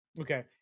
Okay